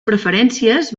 preferències